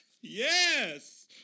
Yes